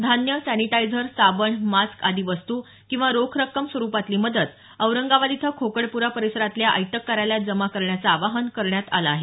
धान्य सॅनिटायझर साबण मास्क आदी वस्तू किंवा रोख रक्कम स्वरुपातली मदत औरंगाबाद इथं खोकडपूरा परिसरातल्या आयटक कार्यालयात जमा करण्याचं आवाहन करण्यात आलं आहे